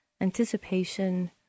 anticipation